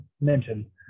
mention